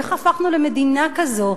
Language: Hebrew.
איך הפכנו למדינה כזאת,